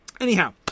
Anyhow